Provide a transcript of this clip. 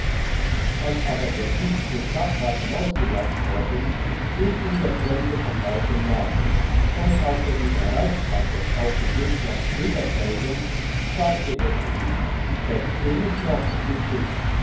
als aber der dieb zur stadt war hinausgejagt worden ging ihm der fremde von weitem nach und als er ihn erreicht hatte auf dem weg nach degerfelden sagte er zu ihm kennst du mich noch gutschick